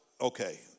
okay